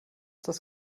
das